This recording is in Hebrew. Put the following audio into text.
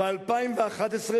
ב-2011,